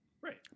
Right